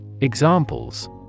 Examples